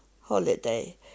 holiday